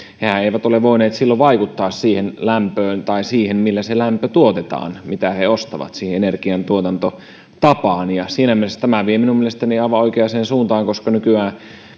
hehän eivät ole voineet silloin vaikuttaa siihen lämpöön tai siihen millä se lämpö tuotetaan mitä he ostavat siihen ener giantuotantotapaan siinä mielessä tämä vie minun mielestäni aivan oikeaan suuntaan koska nykyään